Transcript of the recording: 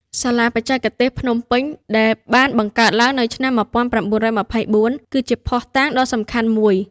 សាលាបច្ចេកទេសភ្នំពេញ ដែលបានបង្កើតឡើងនៅឆ្នាំ ១៩២៤ គឺជាភស្តុតាងដ៏សំខាន់មួយ។